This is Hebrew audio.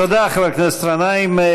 תודה, חבר הכנסת גנאים.